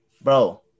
bro